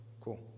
cool